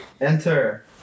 Enter